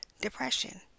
depression